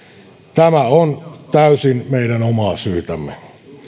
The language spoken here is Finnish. tämä on täysin meidän omaa syytämme